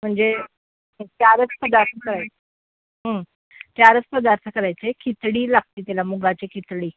म्हणजे चारच पदार्थ कराय चारच पदार्थ करायचे खिचडी लागते त्याला मुगाची खिचडी